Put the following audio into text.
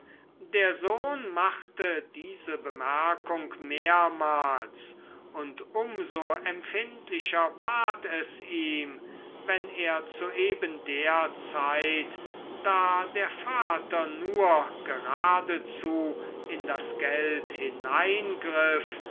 der sohn machte diese bemerkung mehrmals und um so empfindlicher ward es ihm wenn er zu eben der zeit da der vater nur geradezu in das geld